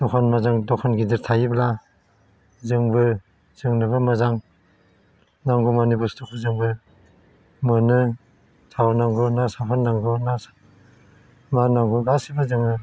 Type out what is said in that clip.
दखान मोजां दखान गिदिर थायोब्ला जोंबो जोंनोबो मोजां नांगौमानि बुस्थुखौ जोंबो मोनो थाव नांगौ ना साफोन नांगौ ना मा नांगौ गासैबो जोङो